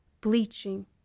bleaching